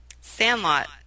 Sandlot